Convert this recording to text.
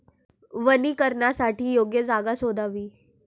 वनीकरणासाठी योग्य जागा शोधावी